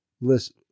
listen